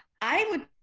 i would,